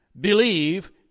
believe